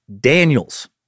Daniels